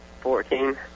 Fourteen